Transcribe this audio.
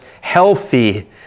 healthy